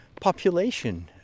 population